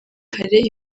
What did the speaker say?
kare